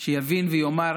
שיבין ויאמר: